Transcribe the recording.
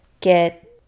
get